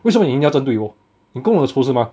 为什么你一定要针对我你跟我有仇是吗